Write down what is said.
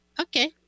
Okay